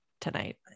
tonight